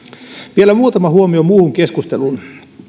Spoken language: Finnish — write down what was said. vielä muutama huomio muuhun keskusteluun